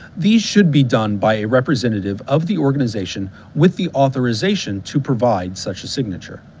these should be done by a representative of the organization with the authorization to provide such a signature.